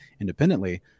independently